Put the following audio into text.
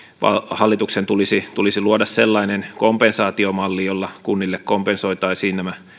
hallituksen tulisi tulisi luoda sellainen kompensaatiomalli jolla kunnille kompensoitaisiin nämä